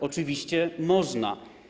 Oczywiście można.